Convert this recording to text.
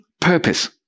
purpose